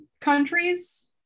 countries